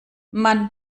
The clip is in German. man